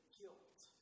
guilt